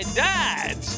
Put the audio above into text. dad